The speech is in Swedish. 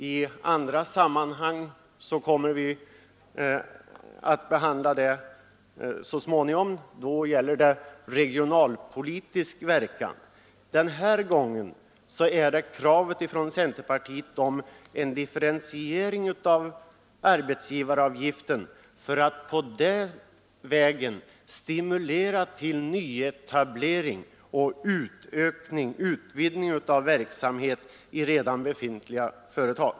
Arbetsgivaravgiftens regionalpolitiska verkan kommer vi att behandla så småningom. Den här gången gäller det kravet från centerpartiet en differentiering av arbetsgivaravgiften för att den vägen stimulera till nyetableringar och utvidgningar av verksamheten i redan befintliga företag.